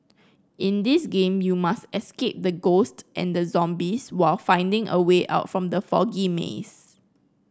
in this game you must escape the ghost and zombies while finding a way out from the foggy maze